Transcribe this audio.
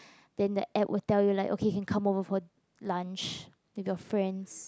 then the app will tell you like okay you can come over for lunch with your friends